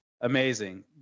Amazing